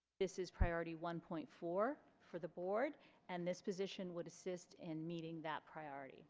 this is priority one point four for the board and this position would assist in meeting that priority